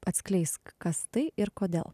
atskleisk kas tai ir kodėl